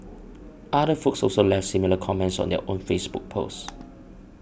other folks also left similar comments on their own Facebook post